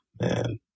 man